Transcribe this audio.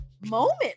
moment